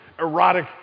erotic